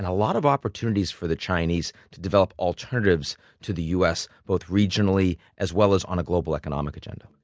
ah lot of opportunities for the chinese to develop alternatives to the u s. both regionally as well as on a global economic agenda.